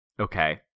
Okay